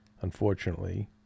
unfortunately